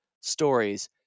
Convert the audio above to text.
stories